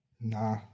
nah